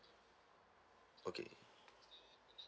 okay